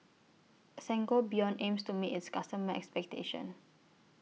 Sangobion aims to meet its customers' expectation